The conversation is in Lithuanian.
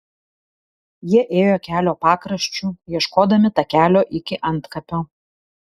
jie ėjo kelio pakraščiu ieškodami takelio iki antkapio